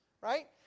right